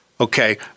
Okay